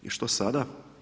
I što sada?